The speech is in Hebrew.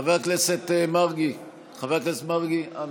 חבר הכנסת מרגי, אנא.